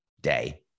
day